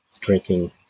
drinking